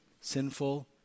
sinful